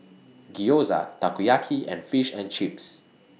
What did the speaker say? Gyoza Takoyaki and Fish and Chips